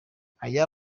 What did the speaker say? aya